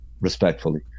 respectfully